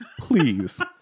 please